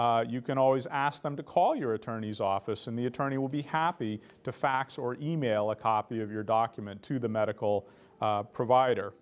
you can always ask them to call your attorney's office and the attorney will be happy to fax or e mail a copy of your document to the medical provider